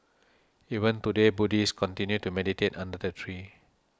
even today Buddhists continue to meditate under the tree